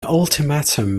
ultimatum